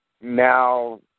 now